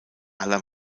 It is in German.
aller